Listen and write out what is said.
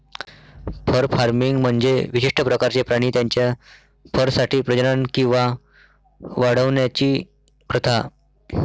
fur farming म्हणजे विशिष्ट प्रकारचे प्राणी त्यांच्या फरसाठी प्रजनन किंवा वाढवण्याची प्रथा